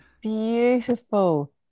beautiful